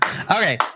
Okay